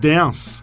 Dance